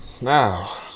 Now